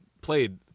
played